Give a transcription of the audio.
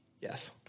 Yes